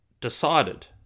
decided